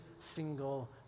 single